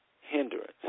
hindrance